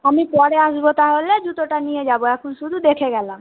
আমি পরে আসবো তাহলে জুতোটা নিয়ে যাবো এখন শুধু দেখে গেলাম